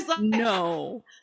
No